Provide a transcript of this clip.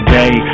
day